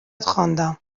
خواندم